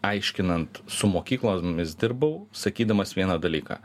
aiškinant su mokyklomis dirbau sakydamas vieną dalyką